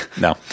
No